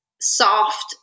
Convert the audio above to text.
soft